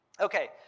Okay